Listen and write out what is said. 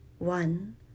one